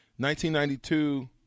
1992